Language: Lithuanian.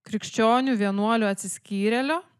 krikščionių vienuolio atsiskyrėlio